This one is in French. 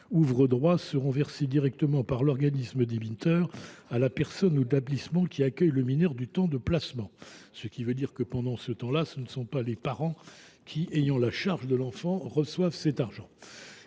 ouvre droit seront versées directement par l’organisme débiteur à la personne ou à l’établissement qui accueille le mineur le temps du placement ». Cela signifie que, pendant ce temps, ce ne sont pas les parents ayant la charge de l’enfant qui reçoivent cet argent.